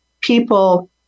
people